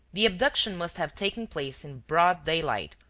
the abduction must have taken place in broad daylight,